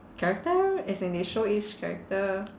character as in they show each character